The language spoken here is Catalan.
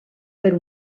per